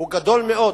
הוא גדול מאוד.